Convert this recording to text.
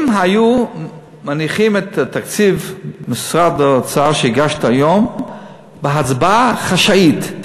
אם היו מניחים את התקציב שהגשת היום להצבעה חשאית,